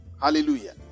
Hallelujah